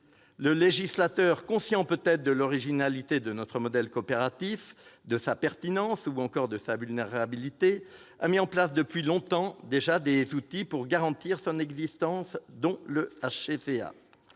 Le législateur, conscient peut-être de l'originalité de notre modèle coopératif, de sa pertinence ou encore de sa vulnérabilité, a mis en place depuis longtemps déjà des outils pour garantir son existence, dont le HCCA.